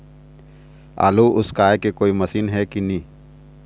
आलू उसकाय के कोई मशीन हे कि नी?